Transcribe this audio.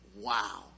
wow